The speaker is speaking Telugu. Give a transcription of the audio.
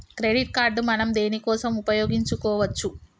క్రెడిట్ కార్డ్ మనం దేనికోసం ఉపయోగించుకోవచ్చు?